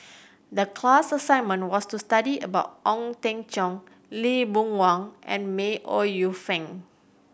the class assignment was to study about Ong Teng Cheong Lee Boon Wang and May Ooi Yu Fen